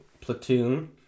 Platoon